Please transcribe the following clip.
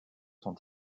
sont